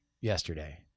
yesterday